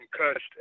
concussed